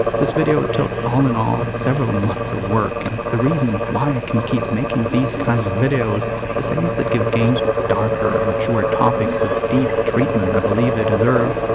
this video took, all in all, several months of work and the reason why i can keep making these kinds of videos essays that give games with darker, mature topics the deep treatment i believe they deserve,